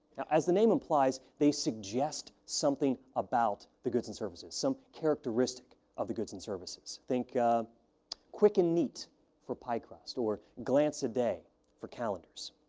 as the name implies, they suggest something about the goods and services, some characteristic of the goods and services. think quick n neat for pie crust or glance-a-day for calendars.